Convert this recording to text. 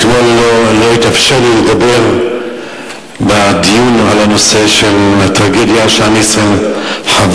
אתמול לא התאפשר לי לדבר בדיון על הטרגדיה שעם ישראל חווה,